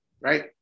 right